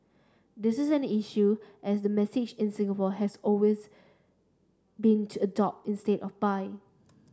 this is an issue as the message in Singapore has always been to adopt instead of buy